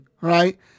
right